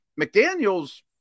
McDaniels